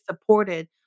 supported